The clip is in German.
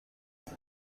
wenn